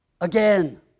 again